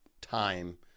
time